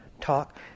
talk